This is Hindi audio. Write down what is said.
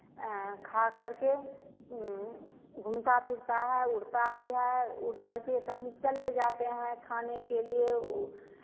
खा करके घूमता फिरता है उड़ता भी है उड़ करके कहीं चले जाते हैं खाने के लिए